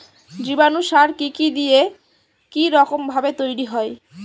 জীবাণু সার কি কি দিয়ে কি রকম ভাবে তৈরি হয়?